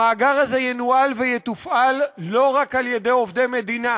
המאגר הזה ינוהל ויתופעל לא רק על-ידי עובדי מדינה.